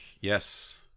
yes